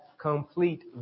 complete